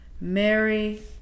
Mary